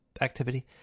activity